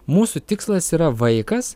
mūsų tikslas yra vaikas